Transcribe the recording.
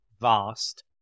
vast